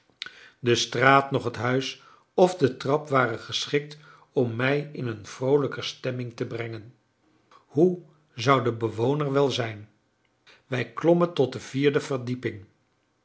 de straat noch het huis of de trap waren geschikt om mij in een vroolijker stemming te brengen hoe zou de bewoner wel zijn wij klommen tot de vierde verdieping